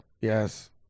Yes